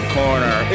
corner